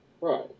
right